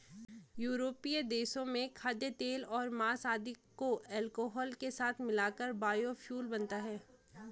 यूरोपीय देशों में खाद्यतेल और माँस आदि को अल्कोहल के साथ मिलाकर बायोफ्यूल बनता है